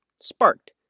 sparked